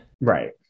Right